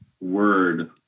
word